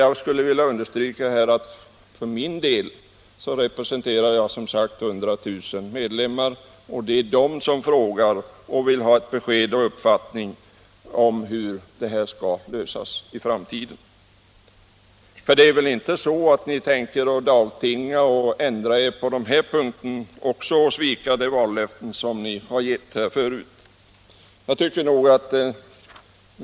Jag vill understryka att jag representerar 100 000 medlemmar och det är de som frågar och vill ha ett besked och en uppfattning om hur det skall bli i framtiden. Ni tänker väl inte dagtinga och ändra er på den här punkten också och svika de vallöften ni har gett?